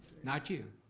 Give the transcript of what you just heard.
not you.